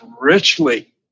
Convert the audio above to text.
richly